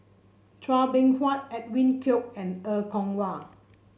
Chua Beng Huat Edwin Koek and Er Kwong Wah